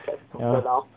ya